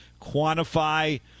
quantify